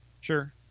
Sure